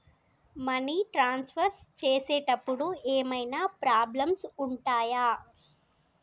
Money transfer చేసేటప్పుడు ఏమైనా problems ఉంటయా?